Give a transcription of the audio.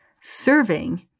serving